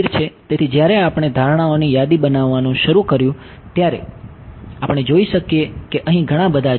તેથી જ્યારે આપણે ધારણાઓની યાદી બનાવવાનું શરૂ કર્યું ત્યારે આપણે જોઈ શકીએ કે અહીં ઘણા બધા છે